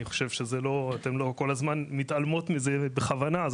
אתן כל הזמן מתעלמות מזה בכוונה,